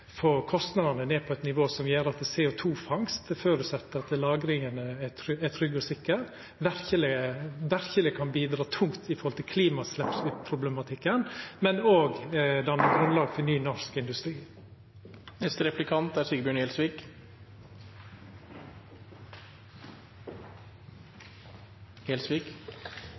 kostnadene ned på eit nivå som gjer at CO 2 -fangst føreset at lagringa er trygg og sikker, og verkeleg kan bidra tungt når det gjeld klimagassutsleppsproblematikken, men òg danna grunnlag for ny norsk industri.